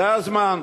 זה הזמן.